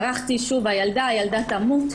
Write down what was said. צרחתי שוב "הילדה, הילדה תמות"